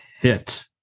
hit